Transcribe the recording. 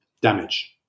damage